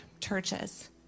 churches